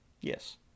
Yes